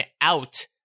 out